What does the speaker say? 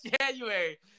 January